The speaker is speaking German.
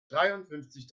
dreiundfünfzig